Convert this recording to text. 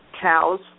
cows